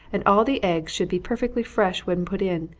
and all the eggs should be perfectly fresh when put in,